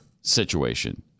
situation